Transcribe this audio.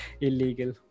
illegal